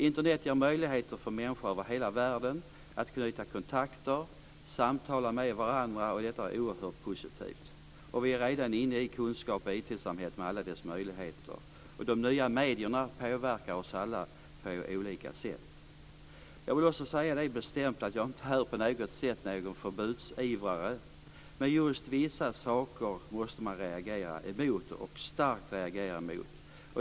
Internet ger möjligheter för människor över hela världen att knyta kontakter och samtala med varandra. Detta är oerhört positivt. Vi är redan inne i kunskaps och IT-samhället med alla dess möjligheter. De nya medierna påverkar oss alla på olika sätt. Jag vill bestämt säga att jag inte är någon förbudsivrare, men just vissa saker måste jag reagera mot starkt.